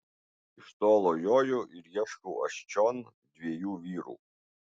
iš tolo joju ir ieškau aš čion dviejų vyrų